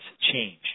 change